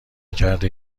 کرده